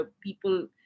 people